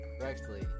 correctly